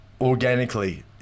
organically